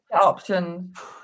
options